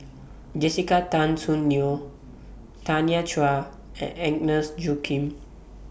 Jessica Tan Soon Neo Tanya Chua and Agnes Joaquim